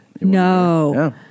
No